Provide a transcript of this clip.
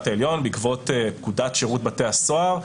העליון בעקבות פקודת שירות בתי הסוהר,